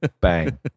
Bang